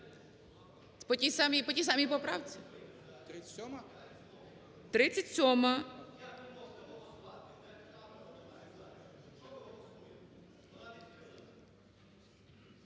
По тій самій поправці? 37-а?